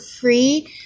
free